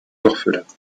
orphelins